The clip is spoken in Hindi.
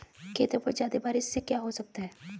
खेतों पे ज्यादा बारिश से क्या हो सकता है?